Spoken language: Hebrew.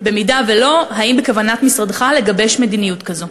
4. אם לא, האם בכוונת משרדך לגבש מדיניות כזאת?